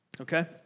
Okay